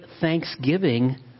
thanksgiving